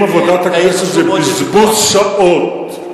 אם עבודת הכנסת זה בזבוז שעות,